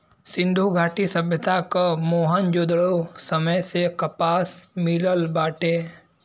सिंधु घाटी सभ्यता क मोहन जोदड़ो समय से कपास मिलल बाटे